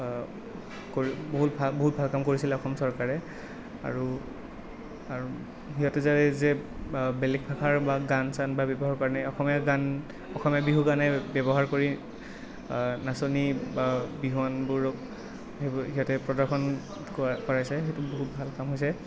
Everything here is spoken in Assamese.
বহুত ভাল বহুত ভাল কাম কৰিছিলে অসম চৰকাৰে আৰু আৰু সিহঁতে যে বেলেগ ভাষাৰ বা গান চান ব্যৱহাৰ কৰা নাই অসমীয়া গান অসমীয়া বিহু গানেই ব্যৱহাৰ কৰি নাচনী বা বিহুৱানবোৰক সেইবোৰ সিহঁতে প্ৰদৰ্শন কৰা কৰাইছে বহুত ভাল কাম হৈছে